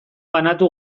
banatu